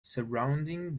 surrounding